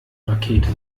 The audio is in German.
rakete